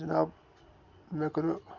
جِناب مےٚ کٔرو